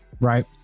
right